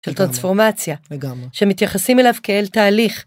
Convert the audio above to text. של טרנספורמציה. לגמרי. שמתייחסים אליו כאל תהליך.